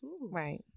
Right